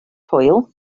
hwyl